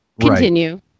Continue